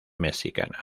mexicana